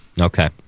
okay